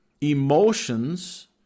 emotions